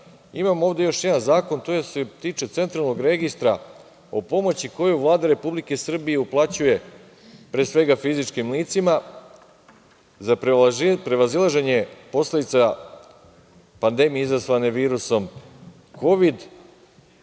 imamo ovde još jedan zakon koji se tiče centralnog registra, o pomoći koju Vlada Republike Srbije uplaćuje pre svega fizičkim licima za prevazilaženje posledica pandemije izazvane virusom Kovid.